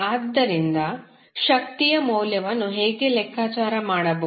ಆದ್ದರಿಂದ ಶಕ್ತಿಯ ಮೌಲ್ಯವನ್ನು ಹೇಗೆ ಲೆಕ್ಕಾಚಾರ ಮಾಡಬಹುದು